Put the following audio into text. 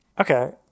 Okay